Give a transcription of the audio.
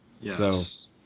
Yes